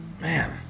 man